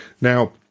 Now